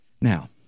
Now